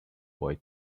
boy